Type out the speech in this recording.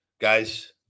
guys